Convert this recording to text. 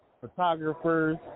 photographers